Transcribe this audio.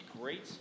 Great